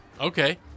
Okay